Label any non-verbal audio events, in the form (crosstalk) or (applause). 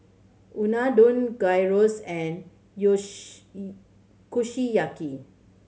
Unadon Gyros and (unintelligible) Kushiyaki